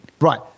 Right